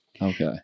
Okay